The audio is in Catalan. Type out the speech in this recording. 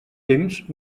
temps